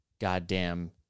goddamn